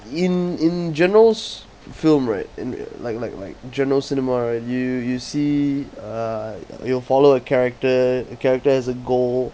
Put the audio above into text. in in generals film right in like like like general cinema right you you see uh you will follow a character the character has a goal